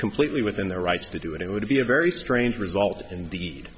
completely within their rights to do it it would be a very strange result indeed